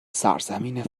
سرزمین